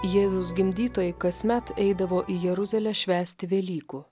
jėzaus gimdytojai kasmet eidavo į jeruzalę švęsti velykų